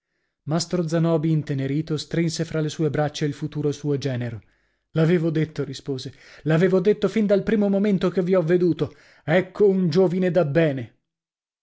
mastro zanobi intenerito strinse fra le sue braccia il futuro suo genero l'avete detto rispose l'avevo detto fin dal primo momento che vi ho veduto ecco un giovine dabbene